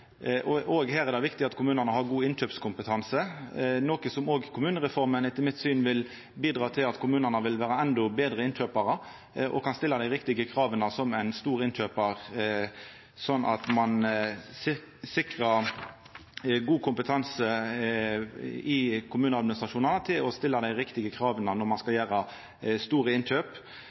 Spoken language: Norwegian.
er viktig at kommunane har god innkjøpskompetanse. Kommunereforma vil etter mitt syn bidra til at kommunane blir endå betre innkjøparar og kan stilla dei riktige krava som storinnkjøpar. Slik kan ein sikra god kompetanse i kommuneadministrasjonane til å stilla dei riktige krava når ein skal gjera store innkjøp,